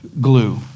glue